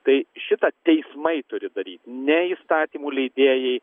tai šitą teismai turi daryt ne įstatymų leidėjai